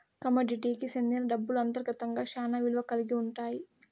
కమోడిటీకి సెందిన డబ్బులు అంతర్గతంగా శ్యానా విలువ కల్గి ఉంటాయి